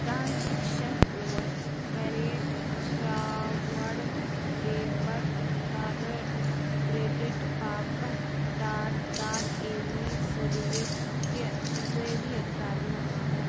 transaction اوس credit card debit card credit باپَتھ Tata tele service کہِ ذٔریعہِ کَرنہٕ آمُت